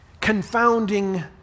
confounding